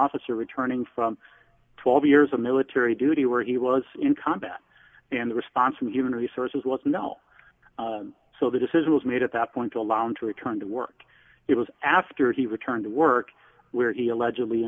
officer returning from twelve years of military duty where he was in combat and the response from human resources was not so the decision was made at that point to allow him to return to work it was after he returned to work where he allegedly